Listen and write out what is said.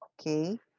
okay